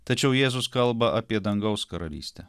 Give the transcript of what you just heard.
tačiau jėzus kalba apie dangaus karalystę